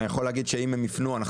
אני יכול להגיד שאם הם יפנו אנחנו